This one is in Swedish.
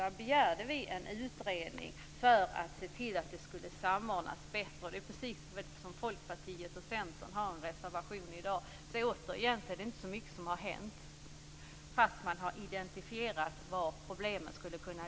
Vi begärde en utredning om en bättre samordning. Folkpartiet och Centern har i dag en reservation om samma sak. Det är inte så mycket som har hänt fastän man har identifierat var problemen kan ligga.